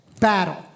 battle